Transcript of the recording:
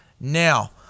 Now